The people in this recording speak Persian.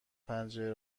پنجره